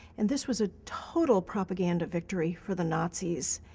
and this was a total propaganda victory for the nazis.